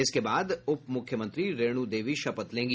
इसके बाद उप मुख्यमंत्री रेणु देवी शपथ लेंगी